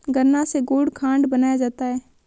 गन्ना से गुड़ खांड बनाया जाता है